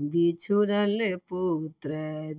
बिछुड़ल पुत्र